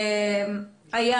איל